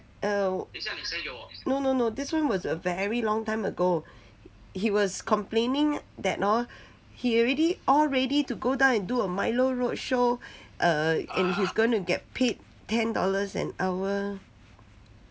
eh no no no this one was a very long time ago he was complaining that orh he already all ready to go down and do a milo roadshow err and he's gonna get paid ten dollars an hour